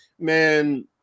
Man